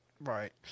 Right